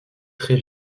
très